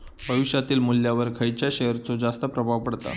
भविष्यातील मुल्ल्यावर खयच्या शेयरचो जास्त प्रभाव पडता?